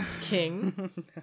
king